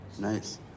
Nice